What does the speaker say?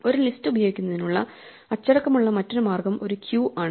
ഒരു ലിസ്റ്റ് ഉപയോഗിക്കുന്നതിനുള്ള അച്ചടക്കമുള്ള മറ്റൊരു മാർഗം ഒരു ക്യൂ ആണ്